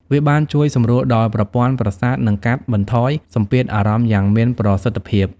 វាបានជួយសម្រួលដល់ប្រព័ន្ធប្រសាទ និងកាត់បន្ថយសម្ពាធអារម្មណ៍យ៉ាងមានប្រសិទ្ធភាព។